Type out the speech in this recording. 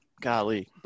golly